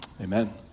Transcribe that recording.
Amen